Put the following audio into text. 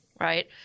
right